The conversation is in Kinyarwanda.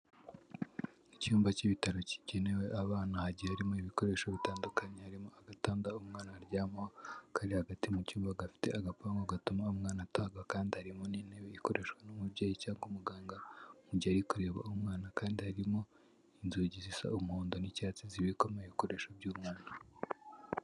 icyumba cy'ibitaro kigenewe abana ha igihe harimo ibikoresho bitandukanye harimo agatanda umwana aryama kari hagati mu cyumba gafite agapagu gatuma umwana atagwa kandi arimo n'intebe ikoreshwa n'umubyeyi cyangwa umuganga muge kureba umwana kandi harimo inzugi zisa umuhon n'icyatsi zibikomo ibikoresho by'umwana